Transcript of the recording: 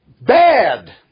bad